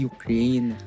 Ukraine